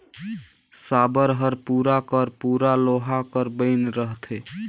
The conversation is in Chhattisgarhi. साबर हर पूरा कर पूरा लोहा कर बइन रहथे